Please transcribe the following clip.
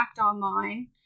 online